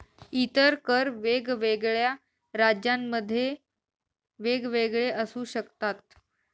इतर कर वेगवेगळ्या राज्यांमध्ये वेगवेगळे असू शकतात